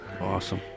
Awesome